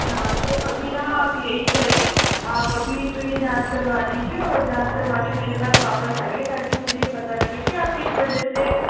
हाँ तो अभी न आप यही करें आप अभी तो यह जाँच करवा लीजिये और जाँच करवा के मेरे पास वापस आइये ताकि मुझे पता लगे की किस वजह से